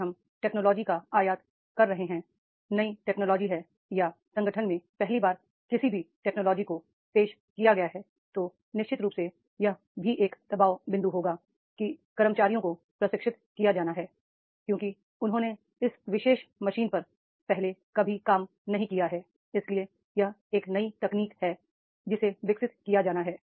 यदि हम टेक्नोलॉजी का आयात कर रहे हैं नई तकनीक है या संगठन में पहली बार किसी भी तकनीक को पेश किया गया है तो निश्चित रूप से यह भी एक दबाव बिंदु होगा कि कर्मचारियों को प्रशिक्षित किया जाना है क्योंकि उन्होंने इस विशेष मशीन पर पहले कभी काम नहीं किया है इसलिए यह एक नई तकनीक है जिसे विकसित किया जाना है